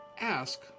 ask